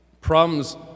Problems